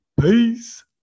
peace